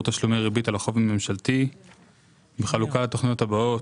תשלומי ריבית על החוב הממשלתי בחלוקה לתכניות הבאות.